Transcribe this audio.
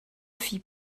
fit